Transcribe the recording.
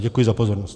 Děkuji za pozornost.